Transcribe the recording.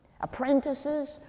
apprentices